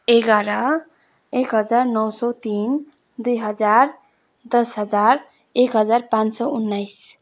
एघार एक हजार नौ सौ तिन दुई हजार दस हजार एक हजार पाँच सौ उन्नाइस